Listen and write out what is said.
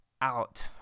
out